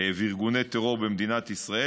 וארגוני טרור במדינת ישראל.